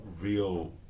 real